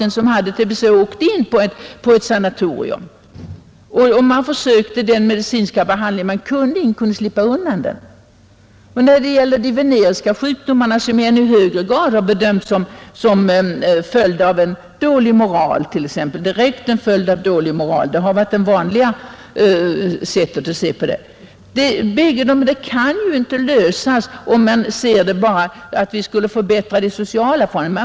De som hade tbc åkte in på ett sanatorium. Man tillämpade den medicinska behandling som var möjlig. Ingen kunde slippa undan den. De veneriska sjukdomarna har i hög grad bedömts såsom en följd av dålig moral. Det har varit det vanliga sättet att se på dem. Narkotikaproblemet kan inte lösas bara genom att vi förbättrar de sociala förhållandena.